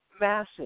massive